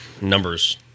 numbers